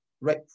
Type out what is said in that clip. right